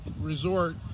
resort